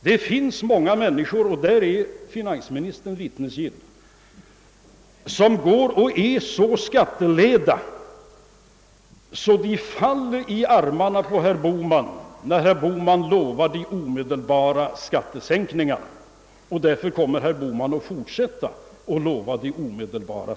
Det finns många människor — och därvidlag är finansministern vittnesgill — som är så skatteleda att de faller i armarna på herr Bohman, när herr Bohman lovar dem omedelbara skatte sänkningar, och därför kommer också herr Bohman att fortsätta att utlova sådana.